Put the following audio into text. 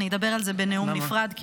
אני אדבר על זה בנאום נפרד,